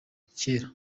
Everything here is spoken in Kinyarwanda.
kera